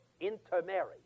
intermarry